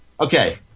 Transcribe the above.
Okay